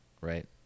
Right